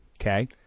Okay